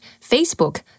Facebook